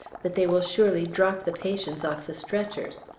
that they will surely drop the patients off the stretchers,